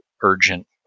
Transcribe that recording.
urgent